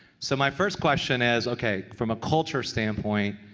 so my first question is okay from a culture standpoint,